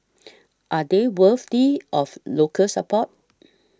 are they worthy of local support